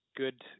good